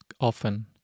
often